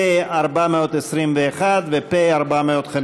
פ/421 ו-פ/450,